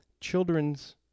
children's